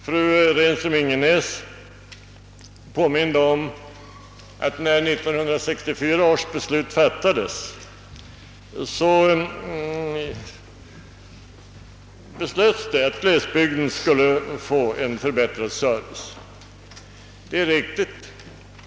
Fru Renström-Ingenäs påminde om att det när 1964 års beslut fattades fastställdes att glesbygden skulle få en förbättrad service. Det är riktigt.